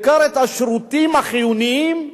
בעיקר את השירותים החיוניים,